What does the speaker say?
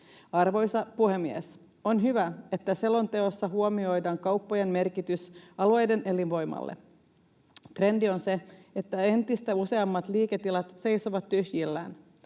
Arvoisa puhemies! On hyvä, että selonteossa huomioidaan kauppojen merkitys alueiden elinvoimalle. Trendi on se, että entistä useammat liiketilat seisovat tyhjillään.